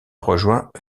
rejoint